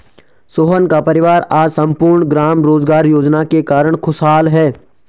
सोहन का परिवार आज सम्पूर्ण ग्राम रोजगार योजना के कारण खुशहाल है